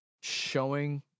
showing